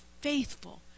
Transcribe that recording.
faithful